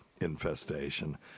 infestation